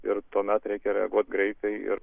ir tuomet reikia reaguot greitai ir